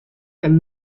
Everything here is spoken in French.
comme